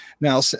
Now